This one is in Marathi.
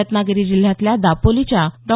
रत्नागिरी जिल्ह्यातल्या दापोलीच्या डॉ